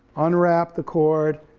unwrapped the cord,